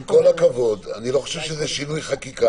עם כל הכבוד, אני לא חושב שזה שינוי חקיקה.